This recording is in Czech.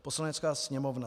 Poslanecká sněmovna